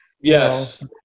Yes